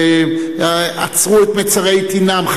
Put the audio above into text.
עצרו את מצרי טירן,